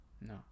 No